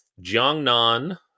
Jiangnan